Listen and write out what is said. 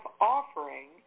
offering